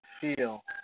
feel